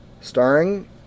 Starring